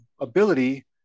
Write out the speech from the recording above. ability